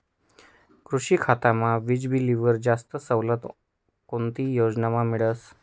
कृषी खातामा वीजबीलवर जास्त सवलत कोणती योजनामा मिळस?